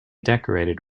decorated